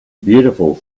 beautiful